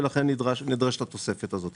ולכן נדרשת התוספת הזאת.